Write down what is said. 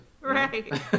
right